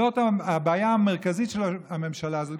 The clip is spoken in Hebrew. זאת הבעיה המרכזית של הממשלה הזאת.